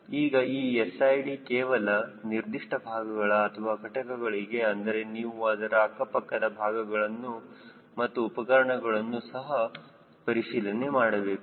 ಈಗ ಈ SID ಕೇವಲ ನಿರ್ದಿಷ್ಟ ಭಾಗಗಳಿಗೆ ಅಥವಾ ಘಟಕಗಳಿಗೆ ಆದರೆ ನೀವು ಅದರ ಅಕ್ಕಪಕ್ಕದ ಭಾಗಗಳನ್ನು ಮತ್ತು ಉಪಕರಣಗಳನ್ನು ಸಹ ಪರಿಶೀಲನೆ ಮಾಡಬೇಕು